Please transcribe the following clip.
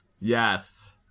Yes